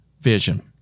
vision